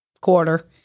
quarter